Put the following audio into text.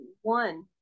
one